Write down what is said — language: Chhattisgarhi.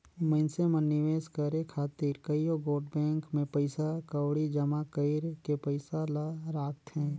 मइनसे मन निवेस करे खातिर कइयो गोट बेंक में पइसा कउड़ी जमा कइर के पइसा ल राखथें